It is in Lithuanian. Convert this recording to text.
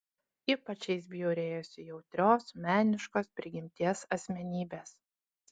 ypač jais bjaurėjosi jautrios meniškos prigimties asmenybės